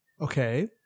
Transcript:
Okay